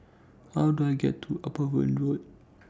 How Do I get to Upavon Road